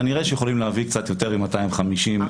כנראה שיכולים להביא קצת יותר מ-250 אם